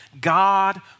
God